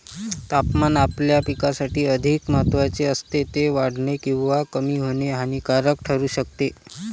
तापमान आपल्या पिकासाठी अधिक महत्त्वाचे असते, ते वाढणे किंवा कमी होणे हानिकारक ठरू शकते